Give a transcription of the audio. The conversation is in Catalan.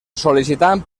sol·licitant